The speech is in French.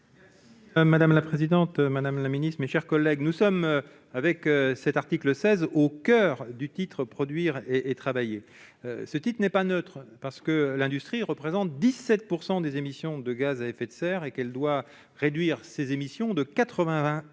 Madame la présidente, Madame la Ministre, mes chers collègues, nous sommes avec cet article 16 au coeur du titre produire et et travailler ce type n'est pas neutre parce que l'industrie représente 17 % des émissions de gaz à effet de serre et qu'elle doit réduire ses émissions de 81